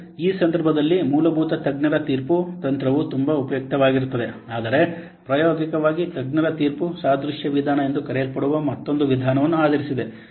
ಈ ಸಂದರ್ಭದಲ್ಲಿ ಮೂಲಭೂತ ತಜ್ಞರ ತೀರ್ಪು ತಂತ್ರವು ತುಂಬಾ ಉಪಯುಕ್ತವಾಗಿರುತ್ತದೆ ಆದರೆ ಪ್ರಾಯೋಗಿಕವಾಗಿ ತಜ್ಞರ ತೀರ್ಪು ಸಾದೃಶ್ಯ ವಿಧಾನ ಎಂದು ಕರೆಯಲ್ಪಡುವ ಮತ್ತೊಂದು ವಿಧಾನವನ್ನು ಆಧರಿಸಿದೆ ಎಂದು ಸಂಶೋಧನೆ ತೋರಿಸುತ್ತದೆ